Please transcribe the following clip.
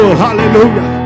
hallelujah